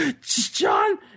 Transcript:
John